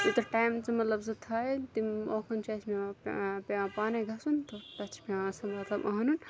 یوٗتاہ ٹایم ژٕ مطلب سُہ تھاے تِم اوکُن چھِ اَسہِ پٮ۪وان پانَے گژھُن تہٕ تَتھ چھِ پٮ۪وان سُہ مطلب اَنُن